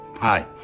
hi